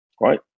right